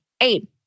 eight